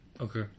Okay